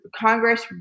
Congress